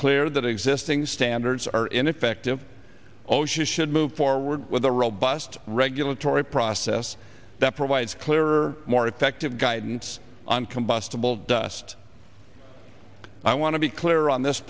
clear that existing standards are ineffective osha should move forward with a robust regulatory process that provides clearer more effective guidance on combustible dust i want to be clear on this